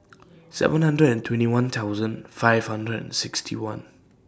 seven hundred and twenty one thousand five hundred and sixty one